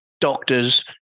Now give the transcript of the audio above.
doctors